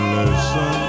listen